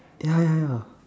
ya ya ya